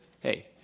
hey